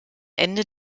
ende